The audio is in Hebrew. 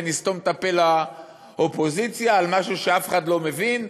ונסתום את הפה לאופוזיציה על משהו שאף אחד לא מבין,